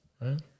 Right